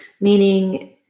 meaning